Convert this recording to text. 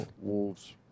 Wolves